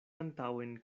antaŭen